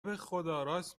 بخداراست